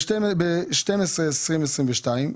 שב-12.2022,